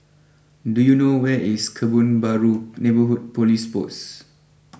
do you know where is Kebun Baru neighborhood police post